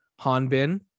Hanbin